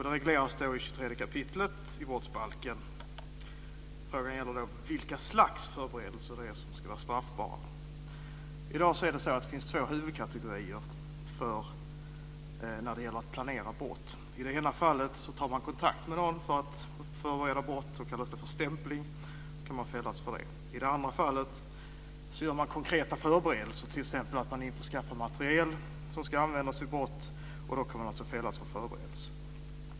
Det regleras då i 23 kap. brottsbalken. Frågan gäller vilka slags förberedelser det är som ska vara straffbara. I dag finns det två huvudkategorier när det gäller att planera brott. I det ena fallet tar man kontakt med någon för att förbereda brott. Det kallas för stämpling, och man kan fällas för det. I det andra fallet gör man konkreta förberedelser, t.ex. att man införskaffar materiel som ska användas vid brott, och då kan man alltså fällas för förberedelse.